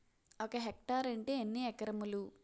ఒక హెక్టార్ అంటే ఎన్ని ఏకరములు?